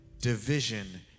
division